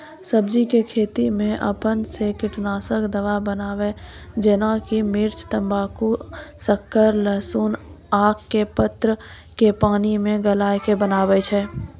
सब्जी के खेती मे अपन से कीटनासक दवा बनाबे जेना कि मिर्च तम्बाकू शक्कर लहसुन आक के पत्र के पानी मे गलाय के बनाबै छै?